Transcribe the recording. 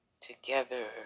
together